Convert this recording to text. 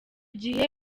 gihe